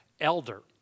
elder